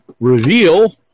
reveal